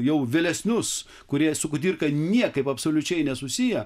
jau vėlesnius kurie su kudirka niekaip absoliučiai nesusiję